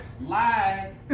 live